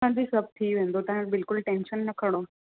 हांजी सभु थी वेंदो तव्हां बिल्कुलु टैंशन न खणो